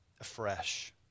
afresh